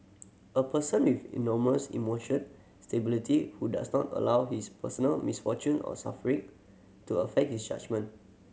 a person with enormous emotion stability who does not allow his personal misfortune or suffering to affect his judgement